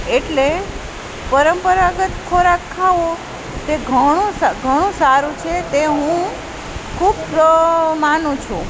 એટલે પરંપરાગત ખોરાક ખાવો તે ઘણું ઘણું સારું છે તે હું ખૂબ માનું છું